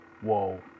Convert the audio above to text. whoa